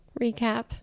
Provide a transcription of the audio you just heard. recap